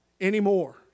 anymore